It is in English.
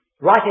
Right